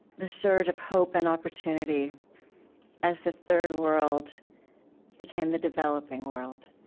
the surge of hope and opportunity as the third world became the developing world.